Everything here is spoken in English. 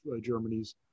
Germany's